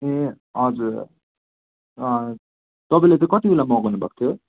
ए हजुर तपाईँले चै कति बेला मगाउनु भएको थियो